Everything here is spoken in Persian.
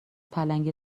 پلنگی